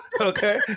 Okay